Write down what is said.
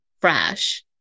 fresh